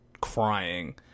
crying